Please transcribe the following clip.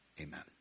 Amen